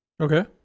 Okay